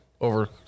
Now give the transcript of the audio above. over